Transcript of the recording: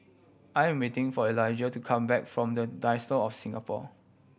I am waiting for Eligah to come back from The Diocese of Singapore